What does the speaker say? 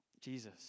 Jesus